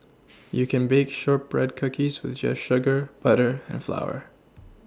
you can bake shortbread cookies with just sugar butter and flour